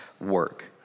work